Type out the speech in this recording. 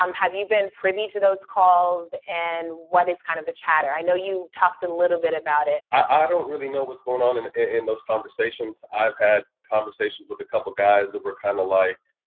um have you been privy to those calls, and what is kind of the chatter? i know you talked a little bit about it. i don't really know what's going on and in those conversations. i've had conversations with a couple guys that were kinda like,